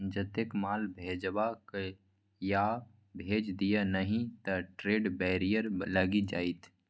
जतेक माल भेजबाक यै भेज दिअ नहि त ट्रेड बैरियर लागि जाएत